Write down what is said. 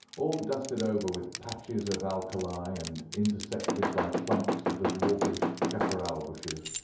all dusted over with patches of alkali, and intersected by clumps of the dwarfish chaparral bushes.